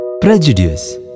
Prejudice